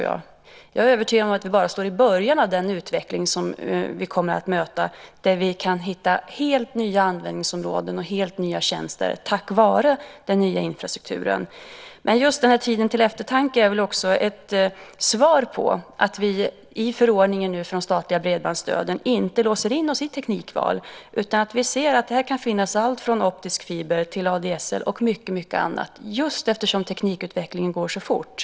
Jag är övertygad om att vi bara står i början av den utveckling som vi kommer att möta, där vi kan hitta helt nya användningsområden och helt nya tjänster tack vare den nya infrastrukturen. Just tiden för eftertanke är väl ett svar på att vi i förordningen från statliga bredbandsstöden inte låser in oss i teknikval. Vi kan se att här kan finnas allt från optisk fiber till ADSL och mycket annat just därför att teknikutvecklingen går så fort.